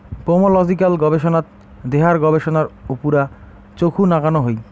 pomological গবেষনাত দেহার গবেষণার উপুরা চখু নাগানো হই